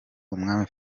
umwami